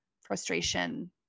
frustration